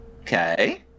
Okay